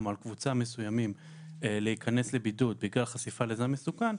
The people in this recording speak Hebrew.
או על קבוצה מסוימים להיכנס לבידוד בגלל חשיפה לזן מסוכן,